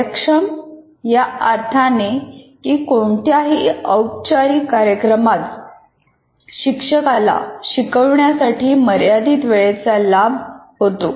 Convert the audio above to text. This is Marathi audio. कार्यक्षम या अर्थाने की कोणत्याही औपचारिक कार्यक्रमात शिक्षकाला शिकवण्यासाठी मर्यादित वेळेचा लाभ होतो